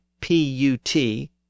P-U-T